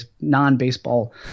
non-baseball